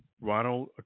Ronald